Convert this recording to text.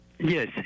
Yes